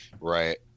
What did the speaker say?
Right